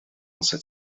set